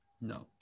No